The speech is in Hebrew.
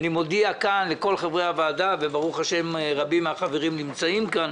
אני מודיע כאן לכל חברי הוועדה וברוך השם רבים מן החברים נמצאים כאן,